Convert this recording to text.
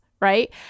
right